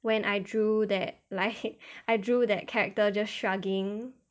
when I drew that like I drew that character just shrugging